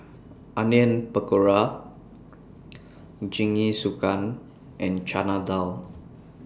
Onion Pakora Jingisukan and Chana Dal